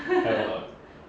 have or not